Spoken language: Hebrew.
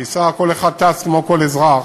טיסה כל אחד טס כמו כל אזרח,